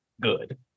good